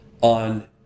on